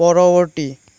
পৰৱৰ্তী